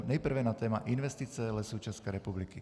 Nejprve na téma investice Lesů České republiky.